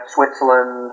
Switzerland